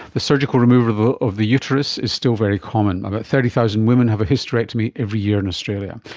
the surgical removal of the of the uterus, is still very common. about thirty thousand women have a hysterectomy every year in australia.